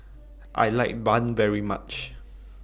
I like Bun very much